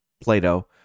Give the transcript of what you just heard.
Plato